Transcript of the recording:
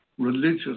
Religious